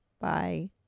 Bye